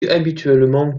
habituellement